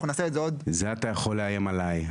אנחנו נעשה עוד --- את זה אתה יכול לאיים עליי.